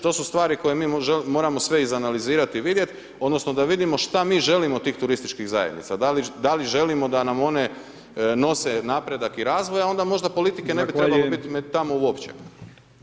To su stvari koje mi moramo sve izanalizirali i vidjeti, odnosno, da vidimo što mi želimo od tih turističkih zajednica, da li želimo da nam one nose napredak i razvoj, a onda možda politike ne bi trebalo tamo uopće.